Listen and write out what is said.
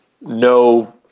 no